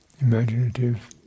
Imaginative